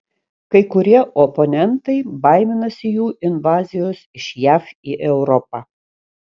kai kurie oponentai baiminasi jų invazijos iš jav į europą